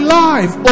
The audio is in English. life